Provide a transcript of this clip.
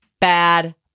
bad